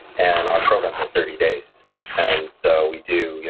and our programs are thirty days and so we do,